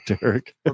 Derek